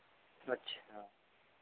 अच्छा